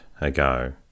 ago